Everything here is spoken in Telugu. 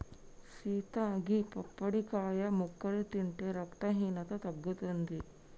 సీత గీ పప్పడికాయ ముక్కలు తింటే రక్తహీనత తగ్గుతుంది